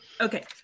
Okay